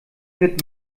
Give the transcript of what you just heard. wird